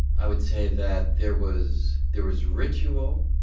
i would say that there was there was ritual,